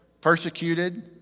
persecuted